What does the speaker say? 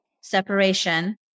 separation